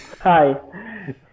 Hi